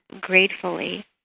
gratefully